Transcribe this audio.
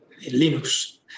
Linux